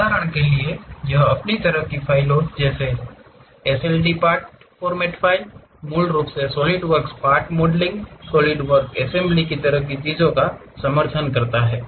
उदाहरण के लिए यह अपनी तरह की फाइलों जैसे SLDPRT फ़ारमैट मूल रूप से SolidWorks part modelling solid work assembly तरह की चीजों का समर्थन करता है